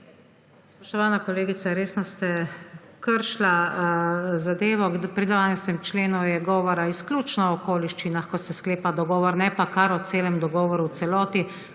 Spoštovana kolegica, resno ste kršila zadevo. Pri 12. členu je govora izključno okoliščinah, ko se sklepa dogovor, ne pa kar o celem dogovoru v celoti.